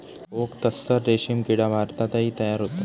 okay तस्सर रेशीम किडा भारतातही तयार होतो